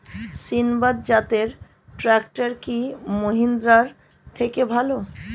সিণবাদ জাতের ট্রাকটার কি মহিন্দ্রার থেকে ভালো?